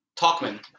Talkman